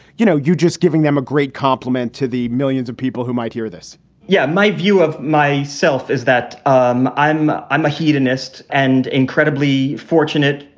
you know, you just giving them a great compliment to the millions of people who might hear this yeah, my view of myself is that um i'm i'm a hedonist and incredibly fortunate,